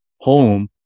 home